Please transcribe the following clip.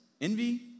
envy